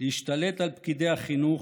להשתלט על פקידי החינוך,